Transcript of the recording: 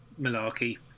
malarkey